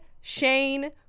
Shane